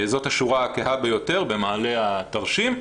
זו השורה הכהה ביותר במעלה התרשים.